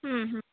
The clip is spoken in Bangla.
হুম হুম